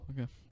okay